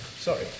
Sorry